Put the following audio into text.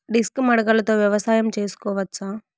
Disc మడకలతో వ్యవసాయం చేసుకోవచ్చా??